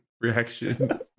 reaction